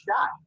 shot